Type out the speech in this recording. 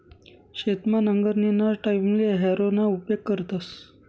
शेतमा नांगरणीना टाईमले हॅरोना उपेग करतस